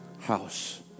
house